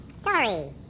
sorry